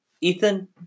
Ethan